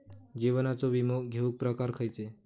जीवनाचो विमो घेऊक प्रकार खैचे?